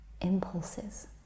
impulses